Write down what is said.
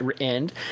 end